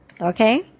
Okay